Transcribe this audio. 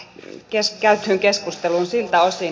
jykes käytyyn keskusteluun siltä osin